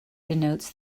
denotes